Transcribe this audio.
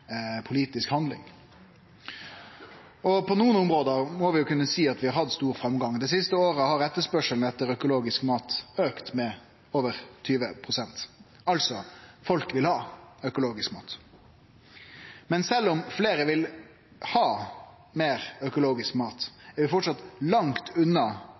politisk handling. På nokre område må vi kunne seie at vi har hatt stor framgang. Det siste året har etterspørselen etter økologisk mat auka med over 20 pst. – folk vil altså ha økologisk mat. Men sjølv om fleire vil ha meir økologisk mat, er vi framleis langt